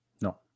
No